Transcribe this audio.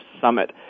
Summit